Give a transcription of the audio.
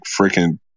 freaking